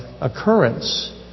occurrence